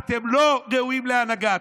אתם לא ראויים להנהגה.